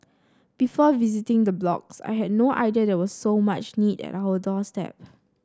before visiting the blocks I had no idea there was so much need at our doorstep